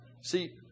see